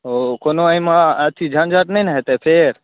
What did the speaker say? ओ कोनो एहिमे अथी झञ्झट नहि ने हेतै फेर